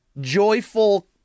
joyful